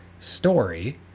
Story